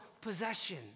possession